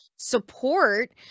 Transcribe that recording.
support